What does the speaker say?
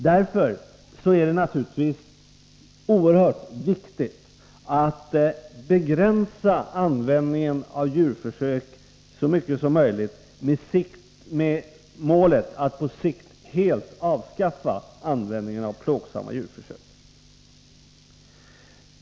Därför är det naturligtvis oerhört viktigt att begränsa användningen av djurförsök så mycket som möjligt med målet att på sikt helt avskaffa användningen av plågsamma djurförsök.